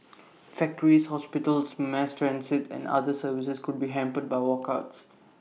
factories hospitals mass transit and other services could be hampered by walkouts